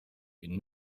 been